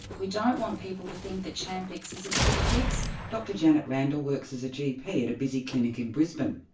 we don't want people to think that champix is a quick fix. dr janette randall works at a gp at a busy clinic in brisbane,